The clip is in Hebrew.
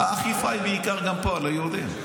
האכיפה היא בעיקר, גם פה, על היהודים.